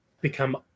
become